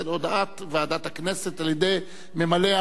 בסדר, הודעת ועדת הכנסת על-ידי ממלא-המקום.